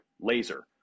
laser